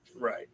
Right